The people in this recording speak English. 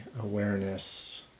awareness